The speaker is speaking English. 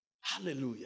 hallelujah